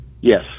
Yes